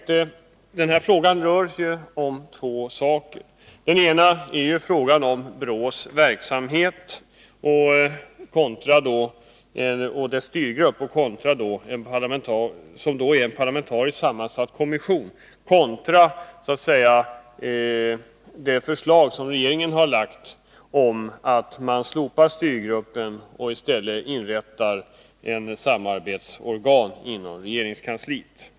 Den här frågan rör två saker. Den ena delen är BRÅ:s verksamhet och dess styrgrupp, som är en parlamentariskt sammansatt kommission, kontra regeringens förslag att slopa styrgruppen och i stället inrätta ett samarbetsorgan inom regeringskansliet.